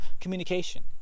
communication